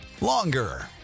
longer